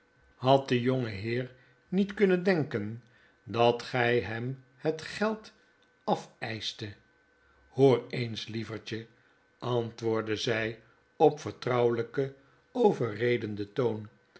had de jongeheer niet kunnen denken dat gy hem het geld afeischtet hoor eens lievertje antwoordde zy op vertrouwelpen overredenden toon